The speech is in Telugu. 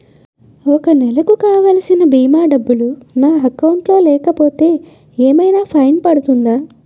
ఒక నెలకు కావాల్సిన భీమా డబ్బులు నా అకౌంట్ లో లేకపోతే ఏమైనా ఫైన్ పడుతుందా?